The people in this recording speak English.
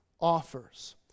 offers